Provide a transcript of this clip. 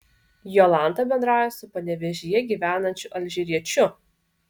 jolanta bendrauja su panevėžyje gyvenančiu alžyriečiu